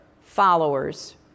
followers